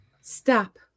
stop